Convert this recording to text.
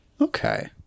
Okay